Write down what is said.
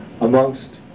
amongst